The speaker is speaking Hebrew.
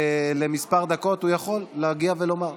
כמה דקות, הוא יכול להגיע ולומר.